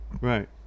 right